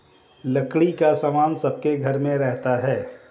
लकड़ी का सामान सबके घर में रहता है